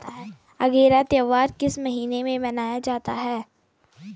अगेरा त्योहार किस महीने में मनाया जाता है?